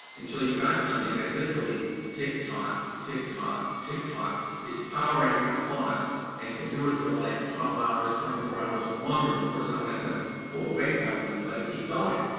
until you got something that literally tick tock, tick tock, tick tock is powering a clock and can do it for like twelve hours, twenty four hours or longer before someone has to pull the waist up and let it keep going.